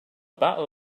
battle